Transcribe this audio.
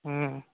ह्म्म